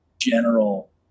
general